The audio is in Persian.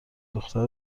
دختر